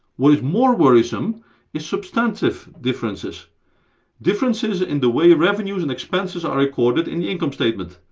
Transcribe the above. what is more worrisome is substantive differences differences in the way revenues and expenses are recorded in the income statement,